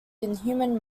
inhuman